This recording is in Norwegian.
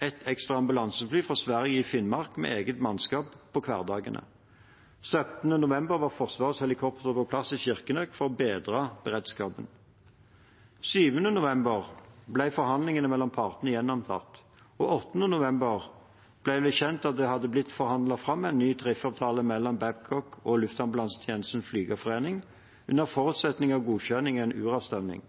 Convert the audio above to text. et ekstra ambulansefly fra Sverige i Finnmark med eget mannskap på hverdagene. Den 17. november var Forsvarets helikopter på plass i Kirkenes for å bedre beredskapen. Den 7. november ble forhandlingene mellom partene gjenopptatt, og 8. november ble det kjent at det hadde blitt forhandlet fram en ny tariffavtale mellom Babcock og Luftambulansetjenestens flygerforening, under forutsetning av godkjenning i en uravstemning.